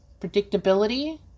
predictability